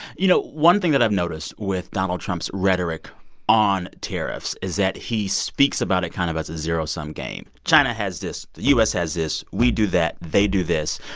you know, one thing that i've noticed with donald trump's rhetoric on tariffs is that he speaks about it kind of as a zero-sum game. china has this. the u s. has this. we do that. they do this.